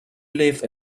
live